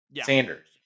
Sanders